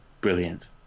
Brilliant